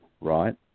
right